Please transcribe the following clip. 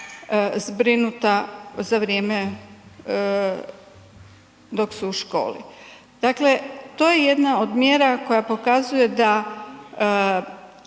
zbrinuta za vrijeme dok su u školi. Dakle, to je jedna od mjera koja pokazuje da